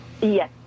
Yes